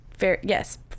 Yes